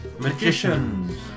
Magicians